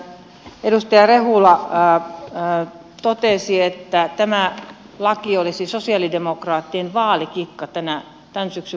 edustaja rehula totesi että tämä laki olisi sosialidemokraattien vaalikikka tämän syksyn vaaleihin